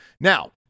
Now